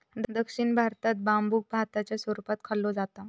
दक्षिण भारतात बांबुक भाताच्या स्वरूपात खाल्लो जाता